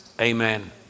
Amen